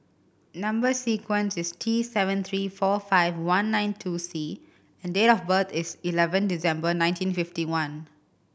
number sequence is T seven three four five one nine two C and date of birth is eleven December nineteen fifty one